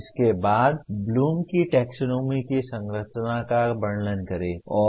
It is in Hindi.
इसके बाद ब्लूम की टैक्सोनॉमी की संरचना का वर्णन करें